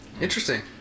interesting